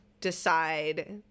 decide